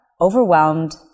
overwhelmed